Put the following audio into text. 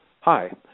hi